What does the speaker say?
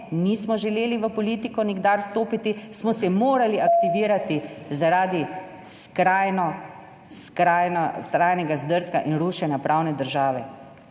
nismo želeli v politiko nikdar vstopiti, smo se morali aktivirati zaradi skrajno, skrajnega zdrsa in rušenja pravne države.